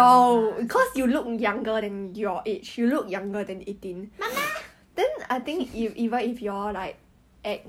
got quite mature thinking sia cause he don't want to 拖累那个温小暖 what like don't want to burden her